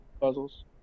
puzzles